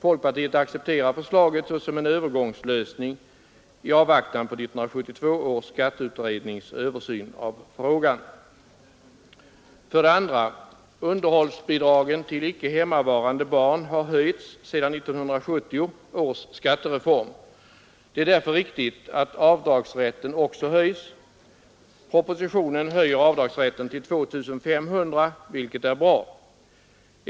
Folkpartiet accepterar förslaget såsom en övergångslösning i avvaktan på 1972 års skatteutrednings översyn av frågan. 2. Underhållsbidragen till icke hemmavarande barn har höjts sedan 1970 års skattereform. Det är därför riktigt att avdragsrätten också höjs. Propositionen höjer avdragsrätten till 2500 kronor vilket är bra.